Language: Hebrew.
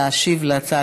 להשיב על ההצעה